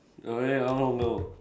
okay I don't know